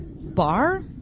bar